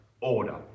order